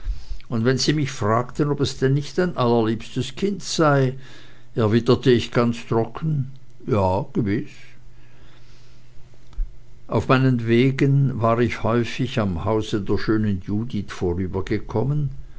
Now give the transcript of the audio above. und wenn sie mich fragten ob es denn nicht ein allerliebstes kind sei erwiderte ich ganz trocken ja gewiß auf meinen wegen war ich häufig am hause der schönen judith